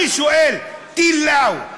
אני שואל: טיל "לאו",